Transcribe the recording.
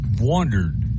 wondered